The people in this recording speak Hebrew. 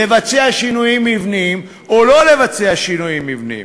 לבצע שינויים מבניים או לא לבצע שינויים מבניים.